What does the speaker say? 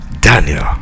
Daniel